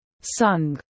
sung